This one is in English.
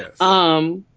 Yes